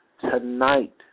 Tonight